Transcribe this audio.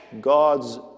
God's